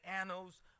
annals